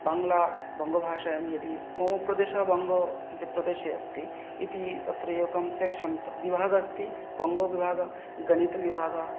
बङ्गला बङ्गभाषायां यदि मम प्रदेश बङ्गप्रदेशे अस्ति इति तत्र एकं सेक्षन् तत् विभाग अस्ति बङ्गविभाग गणितविभाग